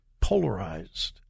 polarized